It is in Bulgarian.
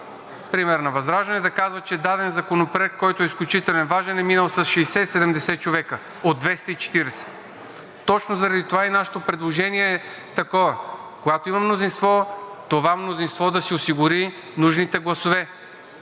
например на ВЪЗРАЖДАНЕ да казват, че даден законопроект, който е изключително важен, е минал с 60 – 70 човека от 240. Точно заради това и нашето предложение е такова – когато има мнозинство, това мнозинство да си осигури нужните гласове,